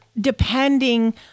depending